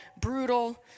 brutal